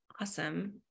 Awesome